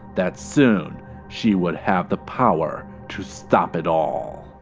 that soon she would have the power to stop it all.